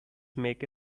make